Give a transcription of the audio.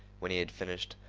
when he had finished,